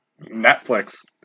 Netflix